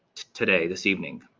today, this evening.